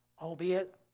albeit